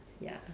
ya